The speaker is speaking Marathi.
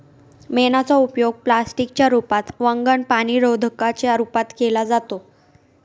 मेणाचा उपयोग प्लास्टिक च्या रूपात, वंगण, पाणीरोधका च्या रूपात केला जातो